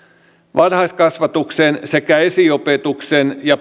varhaiskasvatuksen sekä esiopetuksen ja